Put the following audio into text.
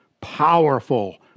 powerful